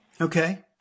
Okay